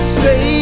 say